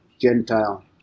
Gentile